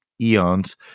eons